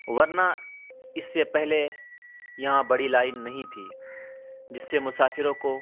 ورنہ اس سے پہلے یہاں بڑی لائن نہیں تھی جس سے مسافروں کو